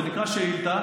זה נקרא שאילתה.